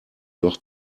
doch